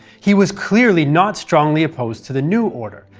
he was clearly not strongly opposed to the new order,